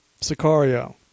Sicario